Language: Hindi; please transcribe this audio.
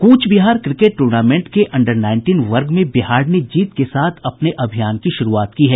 कूच बिहार क्रिकेट टूर्नामेंट के अंडर नाईनटीन वर्ग में बिहार ने जीत के साथ अपने अभियान की शुरूआत की है